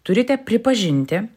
turite pripažinti